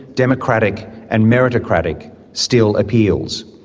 democratic and meritocratic still appeals.